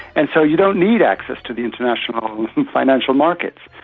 and so you don't need access to the international financial markets.